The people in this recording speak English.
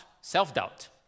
self-doubt